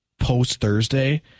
post-Thursday